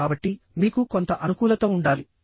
కాబట్టి మీకు కొంత అనుకూలత ఉండాలి